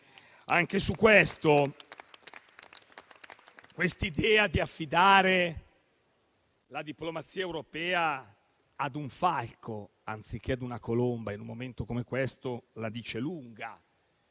Anche su questo, l'idea di affidare la diplomazia europea ad un falco anziché a una colomba in un momento come questo la dice lunga: